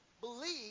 believe